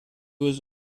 was